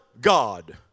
God